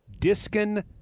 Diskin